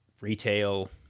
retail